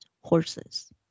horses